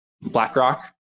BlackRock